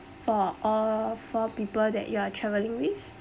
for all four people that you are travelling with